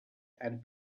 and